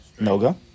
Noga